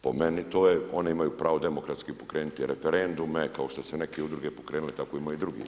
Po meni to je, one imaju pravo demokratski pokrenuti referendume kao što su neke udruge pokrenule tako imaju i drugi.